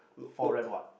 foreign what